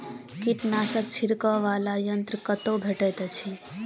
कीटनाशक छिड़कअ वला यन्त्र कतौ भेटैत अछि?